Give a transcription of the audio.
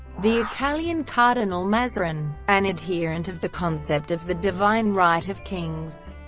the italian cardinal mazarin. an adherent of the concept of the divine right of kings,